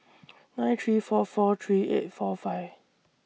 nine three four four three eight four five